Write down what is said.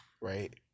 right